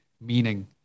meaning